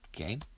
okay